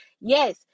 Yes